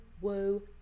whoa